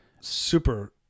Super